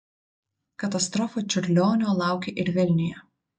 katastrofa čiurlionio laukė ir vilniuje